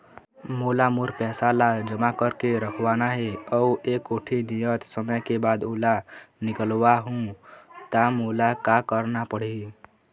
मोला मोर पैसा ला जमा करके रखवाना हे अऊ एक कोठी नियत समय के बाद ओला निकलवा हु ता मोला का करना पड़ही?